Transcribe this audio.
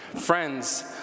Friends